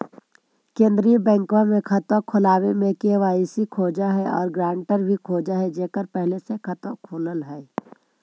केंद्रीय बैंकवा मे खतवा खोलावे मे के.वाई.सी खोज है और ग्रांटर भी खोज है जेकर पहले से खाता खुलल है?